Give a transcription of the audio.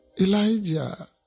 Elijah